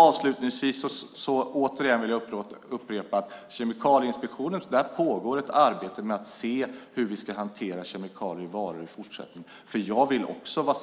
Avslutningsvis vill jag upprepa att det vid Kemikalieinspektionen pågår ett arbete för att se hur vi i fortsättningen ska hantera kemikalier i varor. Också jag vill veta vad